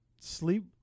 sleep